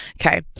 Okay